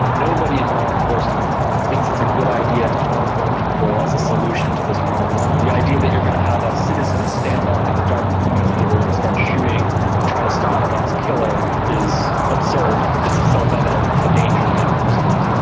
nobody in law enforcement thinks it's a good idea to arm more people as a solution to this problem. the idea that you're going to have a citizen stand up in a dark movie theatre and start shooting to try to stop a mass killer is absurd. it's self-evident the danger that that would present.